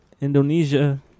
Indonesia